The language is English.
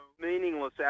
meaningless